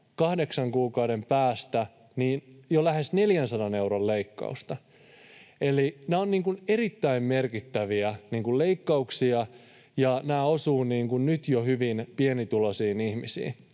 kahdeksan kuukauden päästä jo lähes 400 euron leikkausta. Eli nämä ovat erittäin merkittäviä leikkauksia, ja nämä osuvat nyt jo hyvin pienituloisiin ihmisiin.